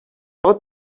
other